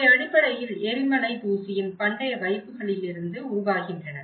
இவை அடிப்படையில் எரிமலை தூசியின் பண்டைய வைப்புகளிலிருந்து உருவாகின்றன